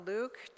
Luke